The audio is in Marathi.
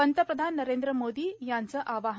पंतप्रधान नरेंद्र मोदी यांचं आवाहन